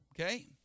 okay